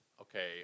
okay